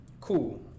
Cool